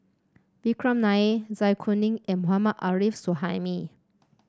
Vikram Nair Zai Kuning and Mohammad Arif Suhaimi